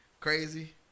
Crazy